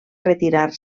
retirar